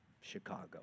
Chicago